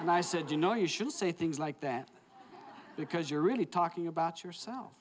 and i said you know you should say things like that because you're really talking about yourself